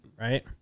right